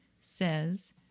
says